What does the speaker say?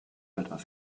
etwas